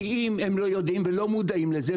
כי אם הם לא יודעים ולא מודעים לזה,